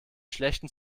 schlechten